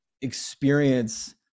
experience